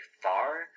far